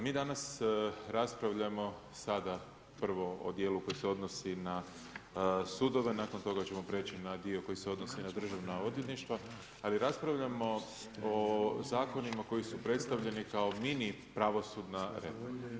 Mi danas raspravljamo sada prvo o dijelu koji se odnosi na sudove, nakon toga ćemo prijeći na dio koji se odnosi na državna odvjetništva ali raspravljamo o zakonima koji su predstavljeni kao mini pravosudna reforma.